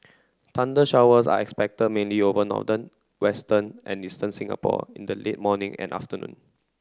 thunder showers are expected mainly over northern western and eastern Singapore in the late morning and afternoon